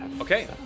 Okay